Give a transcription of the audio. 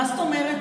מה זאת אומרת?